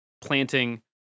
planting